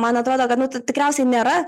man atrodo kad nu tu tikriausiai nėra